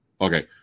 Okay